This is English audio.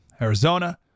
Arizona